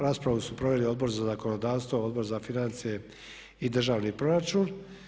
Raspravu su proveli Odbor za zakonodavstvo, Odbor za financije i državni proračun.